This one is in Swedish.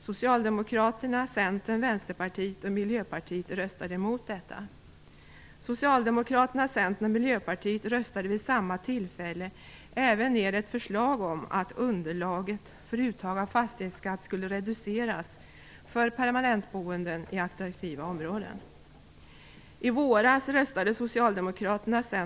Socialdemokraterna, Socialdemokraterna, Centern och Miljöpartiet röstade vid samma tillfälle även ned ett förslag om att underlaget för uttag av fastighetsskatt skulle reduceras för permanentboende i attraktiva lägen.